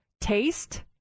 taste